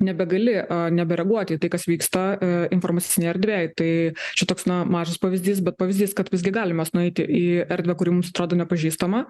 nebegali nebereaguot į tai kas vyksta informacinėj erdvėje tai čia toks mažas pavyzdys bet pavyzdys kad visgi galim mes nueiti į erdvę kuri mums atrodo nepažįstama